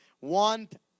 want